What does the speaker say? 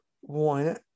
one